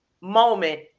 moment